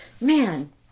man